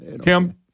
Tim